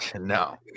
No